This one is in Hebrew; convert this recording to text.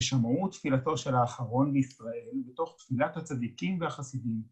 ‫ששמעו תפילתו של האחרון בישראל ‫בתוך תפילת הצדיקים והחסידים.